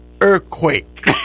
earthquake